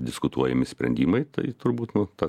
diskutuojami sprendimai tai turbūt nu tas